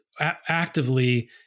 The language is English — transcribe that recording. actively